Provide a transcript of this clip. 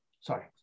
Sorry